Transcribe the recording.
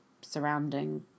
surrounding